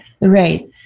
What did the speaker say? Right